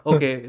Okay